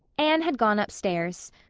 anne had gone upstairs.